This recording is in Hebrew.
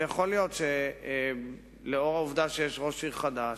ויכול להיות שלאור העובדה שיש ראש עיר חדש,